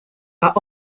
are